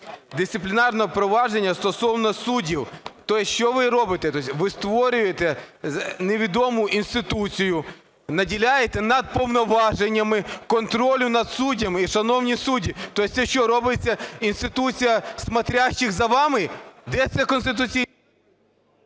дисциплінарного провадження стосовно суддів. Тобто що ви робите? Тобто ви створюєте невідому інституцію, наділяєте надповноваженнями контролю над суддями і… Шановні судді, тобто це що робиться інституція "смотрящих" за вами? Де це…